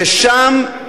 ושם,